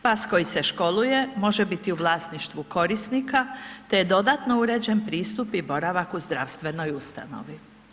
Pas koji se školuje može biti u vlasništvu korisnika, te dodatno uređen pristup i boravak u zdravstvenoj ustanovi.